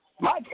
Mike